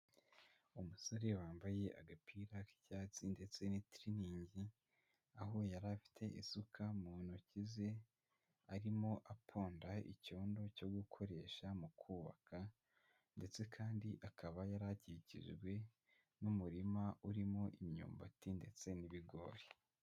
Umusore wambaye agapira k'icyatsi ndetse n'itiriningi, aho yari afite isuka mu ntoki ze, arimo aponda icyondo cyo gukoresha mu kubaka ndetse kandi akaba yari akikijwe n'umurima urimo imyumbati ndetse n'ibigori.